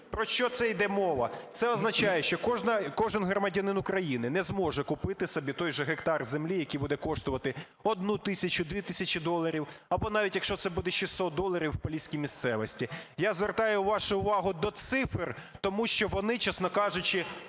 Про що це іде мова? Це означає, що кожен громадянин України не зможе купити собі той же гектар землі, який буде коштувати 1 тисячу, 2 тисячі доларів, або навіть якщо це буде 600 доларів в поліській місцевості. Я звертаю вашу увагу до цифр, тому що вони, чесно кажучи,